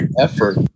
effort